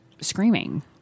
screaming